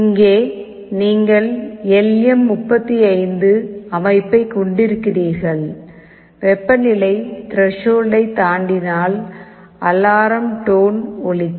இங்கே நீங்கள் L M 35 அமைப்பைக் கொண்டிருக்கிறீர்கள் வெப்பநிலை த்ரெஷோல்டை தாண்டினால் அலாரம் டோன் ஒலிக்கும்